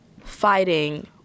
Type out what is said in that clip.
fighting